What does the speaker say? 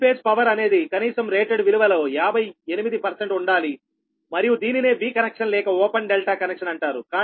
three phase power అనేది కనీసం rated విలువ లో 58 ఉండాలి మరియు దీనినే V కనెక్షన్ లేక ఓపెన్ డెల్టా కనెక్షన్ అంటారు